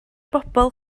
bobl